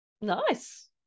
Nice